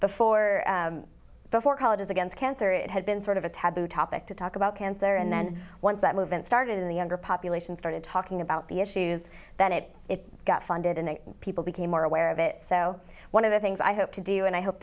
colleges against cancer it had been sort of a taboo topic to talk about cancer and then once that movement started in the younger population started talking about the issues that it it got funded in a people became more aware of it so one of the things i hope to do and i hope